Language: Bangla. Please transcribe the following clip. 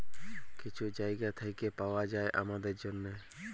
কিছু জায়গা থ্যাইকে পাউয়া যায় আমাদের জ্যনহে